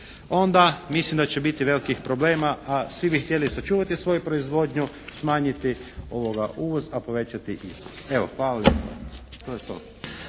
onda mislim da će biti velikih problema a svi bi htjeli sačuvati svoju proizvodnju, smanjiti uvoz a povećati izvoz. Evo hvala lijepa.